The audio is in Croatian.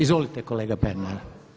Izvolite kolega Pernar.